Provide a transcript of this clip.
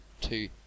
two